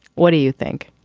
what do you think?